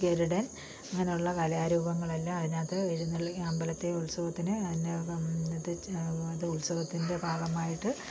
ഗരുഡൻ അങ്ങനെയുള്ള കലാരൂപങ്ങൾ എല്ലാം അതിനകത്ത് എഴുന്നള്ളി അമ്പലത്തില് ഉത്സവത്തിന് ഇത് ഉത്സവത്തിൻ്റെ ഭാഗമായിട്ട്